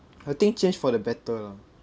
I think change for the better lah